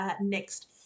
next